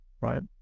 right